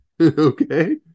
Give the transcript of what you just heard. Okay